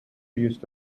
used